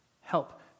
help